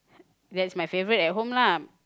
that's my favourite at home lah